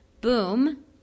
Boom